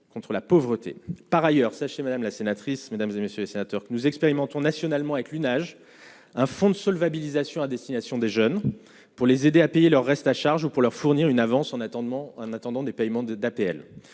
contre la pauvreté, par ailleurs, sachez, madame la sénatrice, mesdames et messieurs les sénateurs, que nous expérimentons nationalement avec l'image, un fonds de solvabilisation à destination des jeunes pour les aider à payer leur reste à charge ou pour leur fournir une avance en attendant en attendant